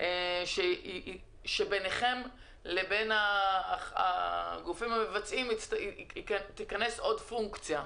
שביניכם לבין הגופים המבצעים תיכנס עוד פונקציה?